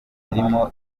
zirimo